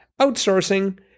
outsourcing